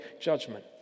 judgment